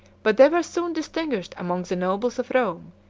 but they were soon distinguished among the nobles of rome,